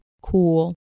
cool